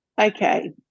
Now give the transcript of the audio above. okay